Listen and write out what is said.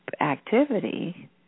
activity